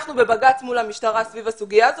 אנחנו בבג"צ מול המשטרה סביב הסוגיה הזו